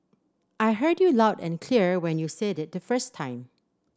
I heard you loud and clear when you said it the first time